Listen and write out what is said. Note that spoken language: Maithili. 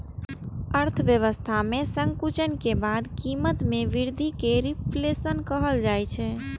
अर्थव्यवस्था मे संकुचन के बाद कीमत मे वृद्धि कें रिफ्लेशन कहल जाइ छै